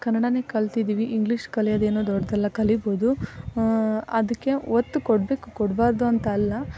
ಕನ್ನಡನೇ ಕಲ್ತಿದ್ದೀವಿ ಇಂಗ್ಲೀಷ್ ಕಲಿಯೋದೇನು ದೊಡ್ಡದಲ್ಲ ಕಲಿಯಬೋದು ಅದಕ್ಕೆ ಒತ್ತು ಕೊಡಬೇಕು ಕೊಡಬಾರ್ದು ಅಂತಲ್ಲ